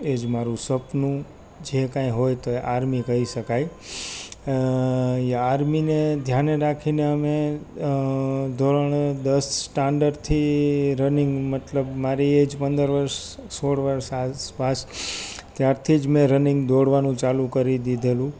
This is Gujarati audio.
એ જ મારું સપનું જે કાઈ હોય તો આર્મી કહી શકાય એ આર્મીને ધ્યાન રાખીને અમે ધોરણ દસ સ્ટાન્ડર્ડથી રનિંગ મતલબ મારી એજ પંદર વર્ષ સોળ વરસ આસપાસ ત્યારથી જ મેં રનિંગ દોડવાનું ચાલુ કરી દીધેલું